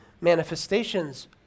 manifestations